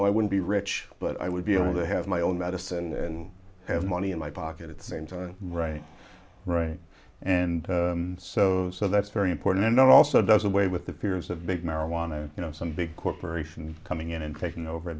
no i would be rich but i would be able to have my own medicine and have money in my pocket at the same time right right and so so that's very important and also does away with the fears of big marijuana you know some big corporation coming in and taking over